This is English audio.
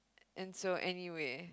and so anyway